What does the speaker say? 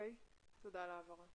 תודה על ההבהרה.